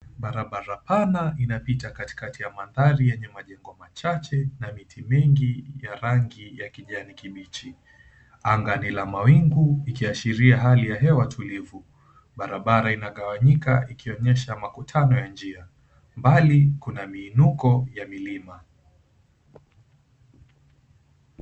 Barabara pana inapita katikakati ya mandhari yenye maji chache na miti mingi ya rangi ya kijani kibichi Anga ni ya mawingu ikiashiria hali ya hewa tulivu. Barabara inagawanyika ikionyesha makutano ya njia. Mbali kuna miinuko ya milima.